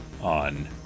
on